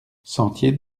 sentier